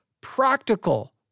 practical